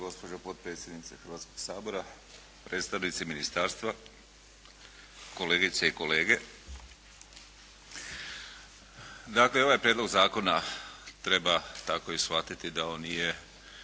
gospođo potpredsjednice Hrvatskog sabora, predstavnici ministarstva, kolegice i kolege. Dakle i ovaj prijedlog zakona treba tako i shvatiti da on nije